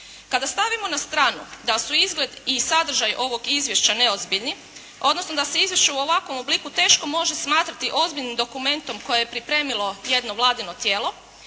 Kada stavimo na stranu da su izgled i sadržaj ovog izvješća neozbiljni, odnosno da se izvješće u ovakvom obliku teško može smatrati ozbiljnim dokumentom koje je pripremilo jedno vladino tijelo,